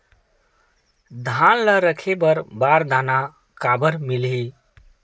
धान ल रखे बर बारदाना काबर मिलही?